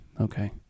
okay